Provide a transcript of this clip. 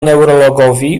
neurologowi